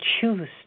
choose